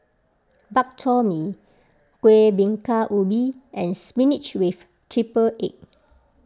Bak Chor Mee Kueh Bingka Ubi and Spinach with Triple Egg